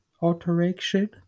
alteration